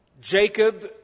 Jacob